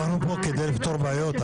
אנחנו פה כדי לפתור בעיות.